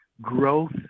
growth